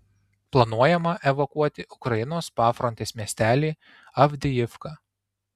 planuojama evakuoti ukrainos pafrontės miestelį avdijivką